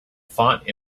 fought